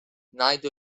ngħidu